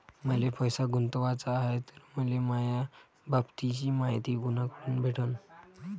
मले पैसा गुंतवाचा हाय तर मले याबाबतीची मायती कुनाकडून भेटन?